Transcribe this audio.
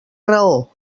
raó